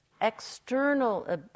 external